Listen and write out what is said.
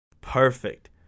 Perfect